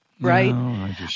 right